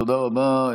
תודה רבה.